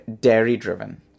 dairy-driven